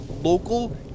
local